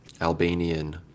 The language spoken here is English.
albanian